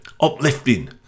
uplifting